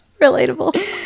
relatable